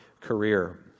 career